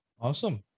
Awesome